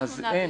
אין.